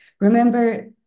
remember